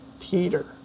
Peter